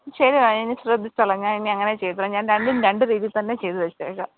ശരി മാം ഇനി ശ്രദ്ധിച്ചോളാം ഞാൻ ഇനി അങ്ങനെയേ ചെയ്യുള്ളൂ ഞാൻ രണ്ടും രണ്ട് രീതിയിൽ തന്നെ ചെയ്ത് വെച്ചേക്കാം